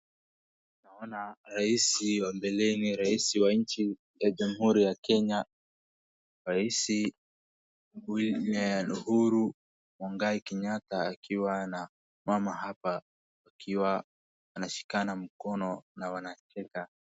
Naona rais wa mbeleni rais wa nchi ya jamhuri ya Kenya rais Uhuru Muigai Kenyatta akiwa na mama hapa wakiwa wanashikana mkono na wanacheka.